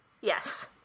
yes